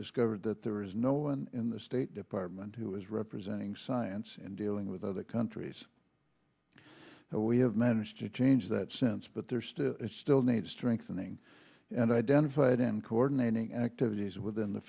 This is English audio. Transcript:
discovered that there is no one in the state department who is representing science in dealing with other countries we have managed to change that since but there still is still needs strengthening and identified in coordinating activities within the